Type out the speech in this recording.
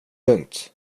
lugnt